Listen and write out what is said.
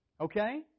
Okay